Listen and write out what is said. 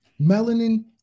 melanin